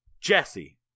Jesse